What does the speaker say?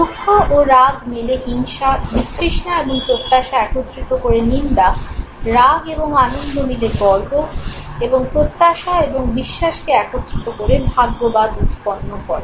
দুঃখ ও রাগ মিলে হিংসা বিতৃষ্ণা এবং প্রত্যাশা একত্রিত করে নিন্দা রাগ এবং আনন্দ মিলে গর্ব এবং প্রত্যাশা এবং বিশ্বাসকে একত্রিত করে ভাগ্যবাদ উৎপন্ন করে